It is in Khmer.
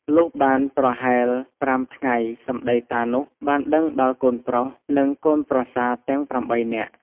លុះបានប្រហែល៥ថ្ងៃសំដីតានោះ បានដឹងដល់កូនប្រុស និងកូនប្រសាទាំង ៨ នាក់។